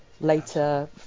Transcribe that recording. later